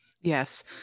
Yes